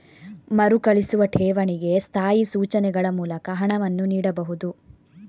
ಮರುಕಳಿಸುವ ಠೇವಣಿಗೆ ಸ್ಥಾಯಿ ಸೂಚನೆಗಳ ಮೂಲಕ ಹಣವನ್ನು ನೀಡಬಹುದು